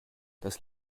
das